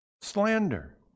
slander